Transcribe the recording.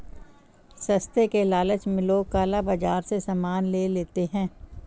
सस्ते के लालच में लोग काला बाजार से सामान ले लेते हैं